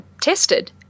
tested